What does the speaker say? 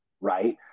right